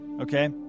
Okay